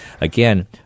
again